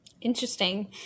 Interesting